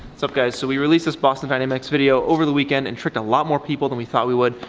sup guys, so we released this boston dynamics video over the weekend and tricked a lot more people than we thought we would,